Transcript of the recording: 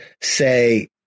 say